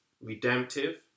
redemptive